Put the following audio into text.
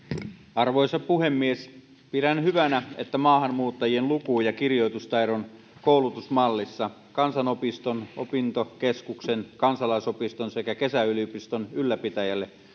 arvoisa puhemies pidän hyvänä että maahanmuuttajien luku ja kirjoitustaidon koulutusmallissa kansanopiston opintokeskuksen kansalaisopiston sekä kesäyliopiston ylläpitäjälle